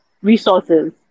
resources